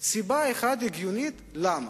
סיבה אחת הגיונית, למה.